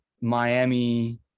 miami